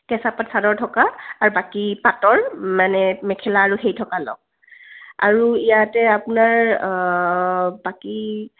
কেঁচা পাট চাদৰ থকা আৰু বাকী পাটৰ মানে মেখেলা আৰু সেই থকা লওক আৰু ইয়াতে আপোনাৰ বাকী